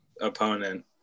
opponent